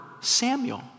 Samuel